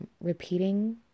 repeating